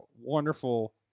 wonderful